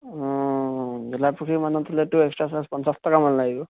অঁ ঘিলা পুখুৰীমানত হ'লেতো এক্সট্ৰা চাৰ্জ পঞ্চাছ টকামান লাগিব